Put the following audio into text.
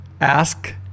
ask